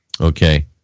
Okay